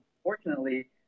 unfortunately